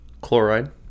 Chloride